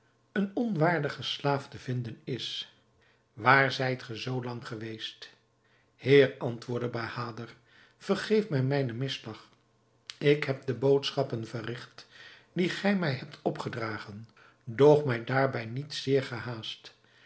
een onwaardiger slaaf te vinden is waar zijt gij zoo lang geweest heer antwoordde bahader vergeef mij mijnen misslag ik heb de boodschappen verrigt die gij mij hebt opgedragen doch mij daarbij niet zeer gehaast